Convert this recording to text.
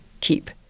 keep